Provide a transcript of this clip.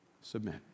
submit